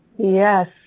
Yes